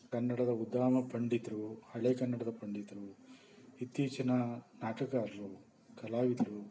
ಕನ್ನಡದ ಉದ್ಧಾಮ ಪಂಡಿತರು ಹಳೆ ಕನ್ನಡದ ಪಂಡಿತರು ಇತ್ತೀಚಿನ ನಾಟಕಗಾರರು ಕಲಾವಿದರು